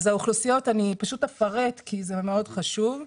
אני אפרט כי זה מאוד חשוב.